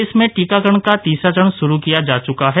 देश में टीकाकरण का तीसरा चरण शुरू किया जा चुका है